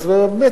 אז באמת,